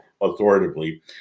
authoritatively